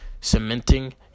cementing